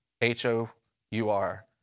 H-O-U-R